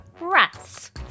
rats